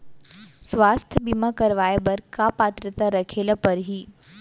स्वास्थ्य बीमा करवाय बर का पात्रता रखे ल परही?